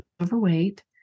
overweight